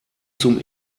zum